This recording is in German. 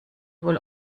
wohl